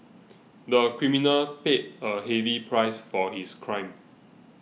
the criminal paid a heavy price for his crime